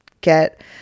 get